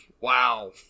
Wow